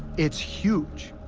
it's huge.